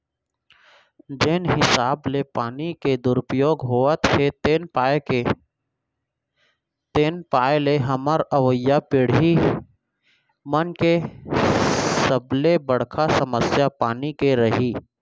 जेन हिसाब ले पानी के दुरउपयोग होवत हे तेन पाय ले हमर अवईया पीड़ही मन के सबले बड़का समस्या पानी के रइही